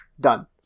Done